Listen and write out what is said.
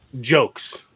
jokes